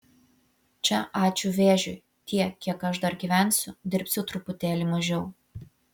čia ačiū vėžiui tiek kiek aš dar gyvensiu dirbsiu truputėlį mažiau